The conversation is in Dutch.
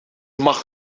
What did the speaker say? mag